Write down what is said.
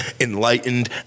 Enlightened